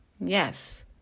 Yes